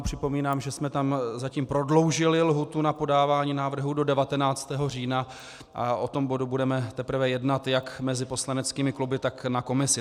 Připomínám, že jsme tam zatím prodloužili lhůtu k podávání návrhů do 19. října a o tomto bodu budeme teprve jednat jak mezi poslaneckými kluby, tak na komisi.